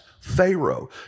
Pharaoh